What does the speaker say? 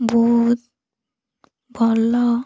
ବହୁତ ଭଲ